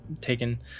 taken